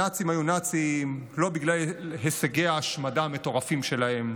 הנאצים היו נאצים לא בגלל הישגי ההשמדה המטורפים שלהם,